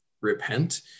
repent